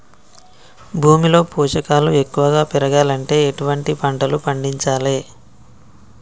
భూమిలో పోషకాలు ఎక్కువగా పెరగాలంటే ఎటువంటి పంటలు పండించాలే?